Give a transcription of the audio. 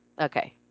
Okay